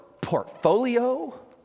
portfolio